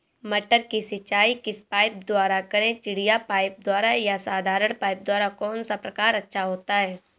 मटर की सिंचाई किस पाइप द्वारा करें चिड़िया पाइप द्वारा या साधारण पाइप द्वारा कौन सा प्रकार अच्छा होता है?